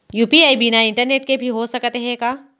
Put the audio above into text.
UPI बिना internet के भी हो सकत हे का?